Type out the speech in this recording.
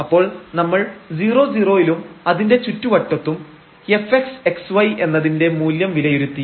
അപ്പോൾ നമ്മൾ 00 ലും അതിന്റെ ചുറ്റുവട്ടത്തും fx xy എന്നതിന്റെ മൂല്യം വിലയിരുത്തി